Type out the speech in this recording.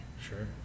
Sure